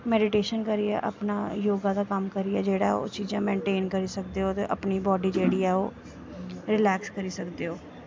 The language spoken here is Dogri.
मैडिटेशन करियै अपना योगा दा कम्म करियै जेह्ड़ा ऐ ओह् चीज़ां मेन्टेन करी सकदे ओ ते अपनी बॉड्डी जेह्ड़ी ऐ ओह् रिलैक्स करी सकदे ओ